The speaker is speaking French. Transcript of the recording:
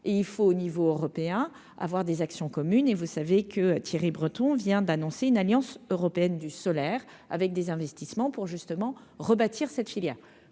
et il faut au niveau européen à avoir des actions communes, et vous savez que à Thierry Breton vient d'annoncer une alliance européenne du solaire, avec des investissements pour justement rebâtir cette filière,